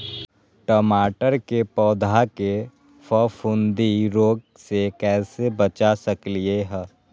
टमाटर के पौधा के फफूंदी रोग से कैसे बचा सकलियै ह?